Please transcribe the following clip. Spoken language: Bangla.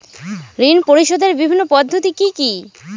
ঋণ পরিশোধের বিভিন্ন পদ্ধতি কি কি?